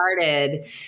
started